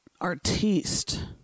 artiste